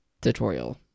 tutorial